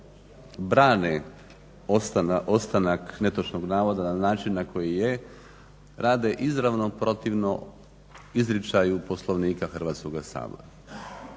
brane ostanak netočnog navoda na način koji je rade izravno protivno izričaju Poslovnika Hrvatskoga sabora.